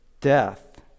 death